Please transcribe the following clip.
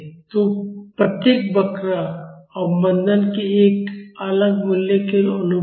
तो प्रत्येक वक्र अवमन्दक के एक अलग मूल्य के अनुरूप होगा